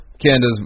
Canada's